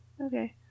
Okay